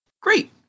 Great